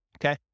okay